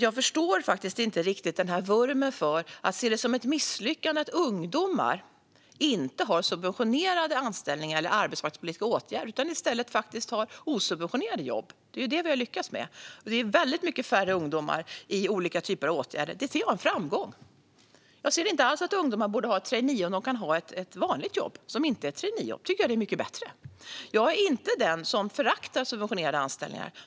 Jag förstår faktiskt inte riktigt denna vurm för att se det som ett misslyckande att ungdomar inte har subventionerade anställningar eller är i arbetsmarknadspolitiska åtgärder utan i stället faktiskt har osubventionerade jobb. Det är det vi har lyckats med. Det är mycket färre ungdomar i olika typer av åtgärder. Det tycker jag är en framgång. Jag anser inte alls att ungdomar borde ha ett traineejobb om de kan ha ett vanligt jobb. Om de kan ha ett vanligt jobb, som inte är ett traineejobb, tycker jag att det är mycket bättre. Jag är inte den som föraktar subventionerade anställningar.